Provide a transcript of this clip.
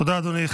תודה, אדוני.